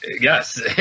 yes